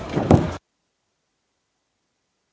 Hvala